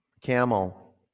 Camel